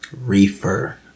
Reefer